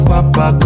Papa